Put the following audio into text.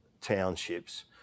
townships